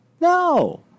No